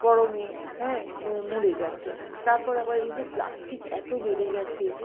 গরমে হ্যাঁ মরে যাচ্ছে তারপর আবার এই যে প্লাস্টিক এতো বেড়ে গেছে